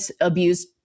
abuse